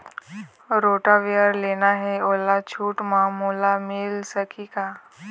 Rotavator लेना हे ओहर छूट म मोला मिल सकही का?